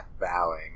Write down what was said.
bowing